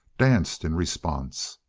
danced in response.